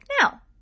Now